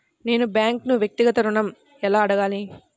నేను బ్యాంక్ను వ్యక్తిగత ఋణం ఎలా అడగాలి?